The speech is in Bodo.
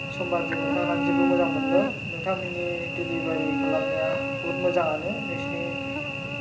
समबादियै मोननो हानानै जोबोत मोजां मोनदों नोंथांमोननि डेलिबारि खालामनाया बुहुत मोजाङानो नोंसिनि